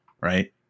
right